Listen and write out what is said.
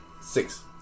six